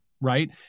right